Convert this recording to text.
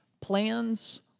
Plans